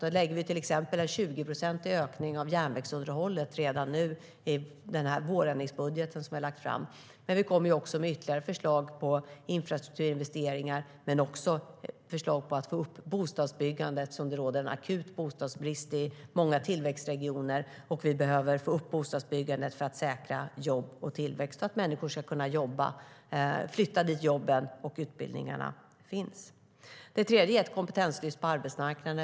Vi lägger till exempel en 20-procentig ökning av järnvägsunderhållet redan i vårändringsbudgeten som vi har lagt fram, men vi kommer med ytterligare förslag på infrastrukturinvesteringar och förslag för att få upp bostadsbyggandet. Det råder en akut bostadsbrist i många tillväxtregioner, och vi behöver få upp bostadsbyggandet för att säkra jobb och tillväxt och för att människor ska kunna flytta dit där jobben och utbildningarna finns. För det tredje satsar vi på ett kompetenslyft på arbetsmarknaden.